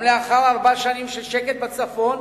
גם לאחר ארבע שנים של שקט בצפון,